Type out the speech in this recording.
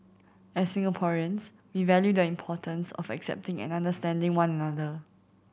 as Singaporeans we value the importance of accepting and understanding one another